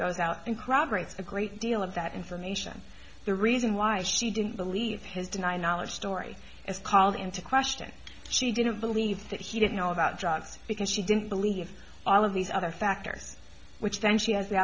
it's a great deal of that information the reason why she didn't believe his deny knowledge story is called into question she didn't believe that he did know about drugs because she didn't believe all of these other factors which then she has the